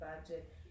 budget